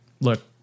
look